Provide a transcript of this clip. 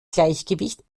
gleichgewicht